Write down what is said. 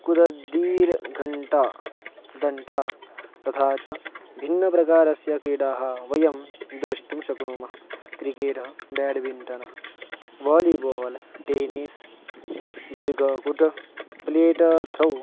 कुदद्दीर् घण्टा घण्टा तथा च भिन्नप्रकाराः क्रीडाः वयं द्रष्टुं शक्नुमः क्रिकेटः बेड्मिण्टनः वालिबाल् टेनिस् दीर्गाकुट् प्लेटा थ्रौ